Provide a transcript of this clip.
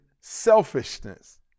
selfishness